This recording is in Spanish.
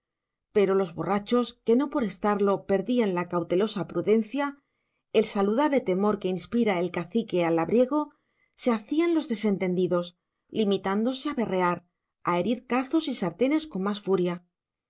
pero los borrachos que no por estarlo perdían la cautelosa prudencia el saludable temor que inspira el cacique al labriego se hacían los desentendidos limitándose a berrear a herir cazos y sartenes con más furia